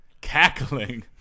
cackling